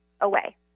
away